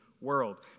world